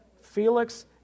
Felix